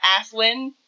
Aslin